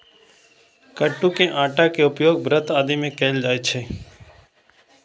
कट्टू के आटा के उपयोग व्रत आदि मे कैल जाइ छै